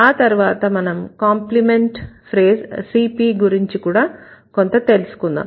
ఆ తర్వాత మనం కాంప్లిమెంట్ ఫ్రేజ్ CP గురించి కూడా కొంత తెలుసుకుందాం